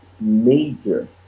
major